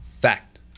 Fact